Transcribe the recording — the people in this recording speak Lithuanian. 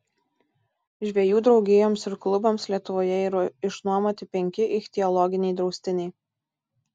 žvejų draugijoms ir klubams lietuvoje yra išnuomoti penki ichtiologiniai draustiniai